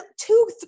two